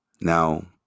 Now